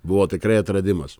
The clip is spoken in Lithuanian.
buvo tikrai atradimas